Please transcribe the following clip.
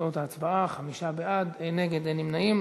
תוצאות ההצבעה: חמישה בעד, אין נגד, אין נמנעים.